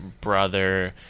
brother